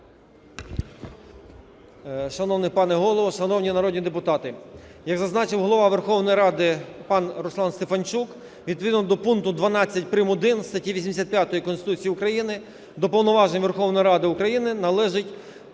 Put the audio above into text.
Шановний пане Голово, шановні народні депутати, як зазначив Голова Верховної Ради, пан Руслан Стефанчук, відповідно до пункту 12 прим.1 статті 85 Конституції України до повноважень Верховної Ради України належить